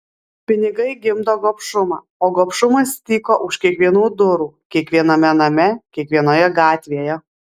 pinigai gimdo gobšumą o gobšumas tyko už kiekvienų durų kiekviename name kiekvienoje gatvėje